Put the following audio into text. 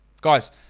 Guys